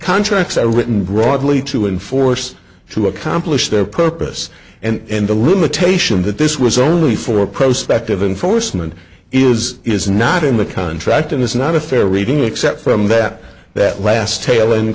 contracts are written broadly to enforce to accomplish their purpose and the limitation that this was only for prospect of enforcement is is not in the contract and it's not a fair reading except from that that last tail end